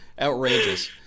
Outrageous